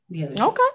Okay